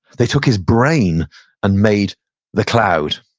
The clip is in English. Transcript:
they took his brain and made the cloud.